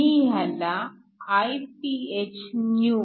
मी ह्याला Iphnew